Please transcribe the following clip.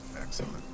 Excellent